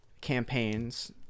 campaigns